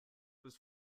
was